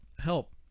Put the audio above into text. help